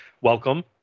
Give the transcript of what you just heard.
welcome